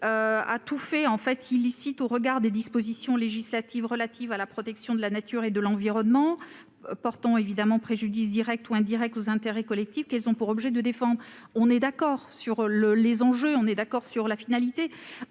à tout fait illicite au regard des dispositions législatives relatives à la protection de la nature et de l'environnement et portant préjudice direct ou indirect aux intérêts collectifs qu'elles ont pour objet de défendre. Nous sommes d'accord sur la finalité.